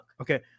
okay